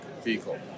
vehicle